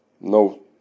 no